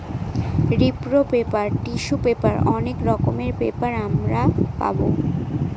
রিপ্র paper, tissue paper অনেক রকমের পেপার আমরা পাবো